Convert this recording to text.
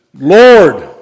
Lord